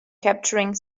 capturing